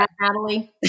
Natalie